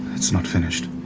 it's not finished.